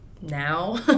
now